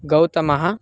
गौतमः